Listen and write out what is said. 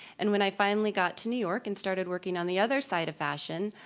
and when i finally got to new york and started working on the other side of fashion,